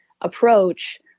approach